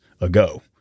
ago